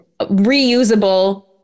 reusable